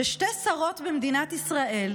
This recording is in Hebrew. ששתי שרות במדינת ישראל